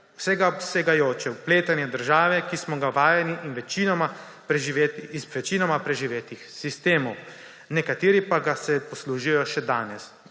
vsebujoče vpletanje države, ki smo ga vajeni iz večino preživetih sistemov. Nekaterih pa se ga poslužujejo še danes,